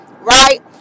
right